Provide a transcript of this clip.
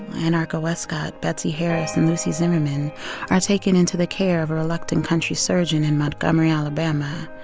anarcha wescott, betsey harris and lucy zimmerman are taken into the care of a reluctant country surgeon in montgomery, ala. but um ah